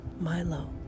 Milo